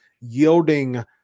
yielding